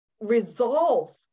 resolve